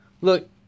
Look